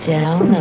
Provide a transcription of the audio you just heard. Down